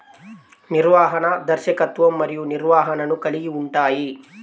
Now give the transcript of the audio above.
నిర్వహణ, దర్శకత్వం మరియు నిర్వహణను కలిగి ఉంటాయి